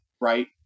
right